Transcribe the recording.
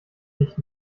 nicht